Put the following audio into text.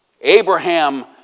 Abraham